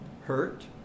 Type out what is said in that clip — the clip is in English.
hurt